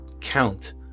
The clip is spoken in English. count